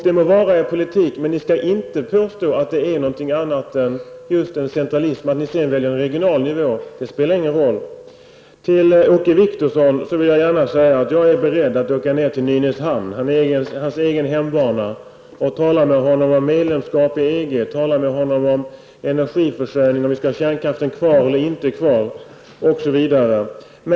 Det må vara er politik, men ni skall inte påstå att det är något annat än centralism. Att ni sedan väljer en regional nivå spelar ingen roll. Åke Wictorsson! Jag är beredd att åka ned till Nynäshamn, hans egen hembana, och tala med honom om medlemskap i EG, om energiförsörjning, om vi skall ha kärnkraften kvar eller inte osv.